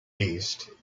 east